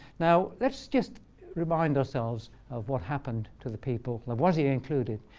now, let's just remind ourselves of what happened to the people, lavoisier included,